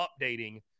updating